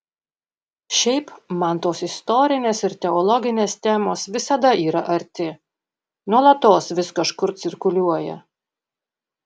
šiaip man tos istorinės ir teologinės temos visada yra arti nuolatos vis kažkur cirkuliuoja